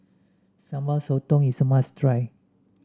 Sambal Sotong is a must try